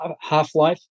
half-life